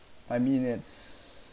I mean it's